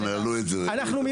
אנחנו,